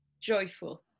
joyful